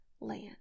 land